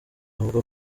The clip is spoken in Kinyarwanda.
avuga